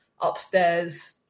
upstairs